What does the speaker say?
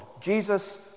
Jesus